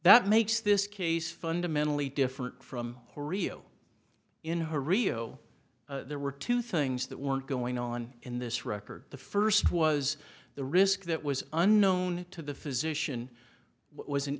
that makes this case fundamentally different from oreo in her rio there were two things that weren't going on in this record the first was the risk that was unknown to the physician was an